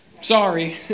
Sorry